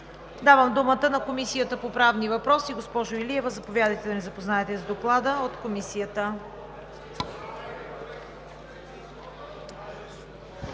Давам думата на Комисията по правни въпроси. Госпожо Илиева, заповядайте да ни запознаете с Доклада на Комисията.